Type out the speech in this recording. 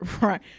right